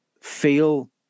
feel